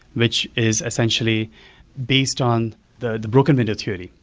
which is essentially based on the the broken window theory.